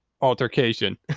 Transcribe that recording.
altercation